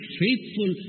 faithful